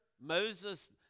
Moses